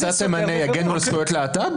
השופטים שאתה תמנה יגנו על זכויות להט"ב?